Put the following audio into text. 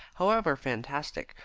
however fantastic,